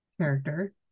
character